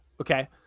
okay